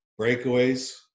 breakaways